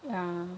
ya